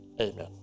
Amen